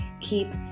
keep